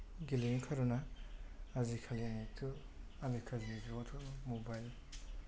गेलेयैनि खारना आजिखालिनिथ' आंनि काजिन बिब'वाथ' मबाइल